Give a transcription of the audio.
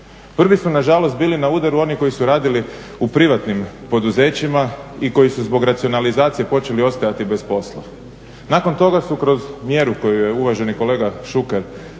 Prvi su nažalost bili na udaru oni koji su radili u privatnim poduzećima i koji su zbog racionalizacije počeli ostajati bez posla. Nakon toga su kroz mjeru koju je uvaženi kolega Šuker